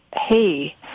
hey